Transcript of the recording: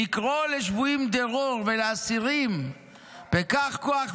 לקרֹא לשבוּיִם דרור ולאסירים פקח קוח,